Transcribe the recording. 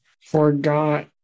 forgot